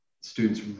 students